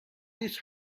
these